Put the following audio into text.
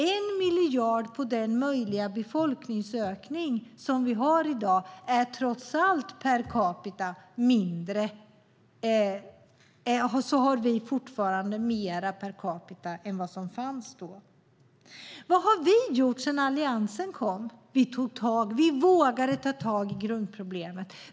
1 miljard på den möjliga befolkningsökning som vi har i dag är trots allt fortfarande mer per capita än vad som fanns då. Vad har vi gjort sedan Alliansen tillträdde? Vi vågade ta tag i grundproblemet.